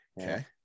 Okay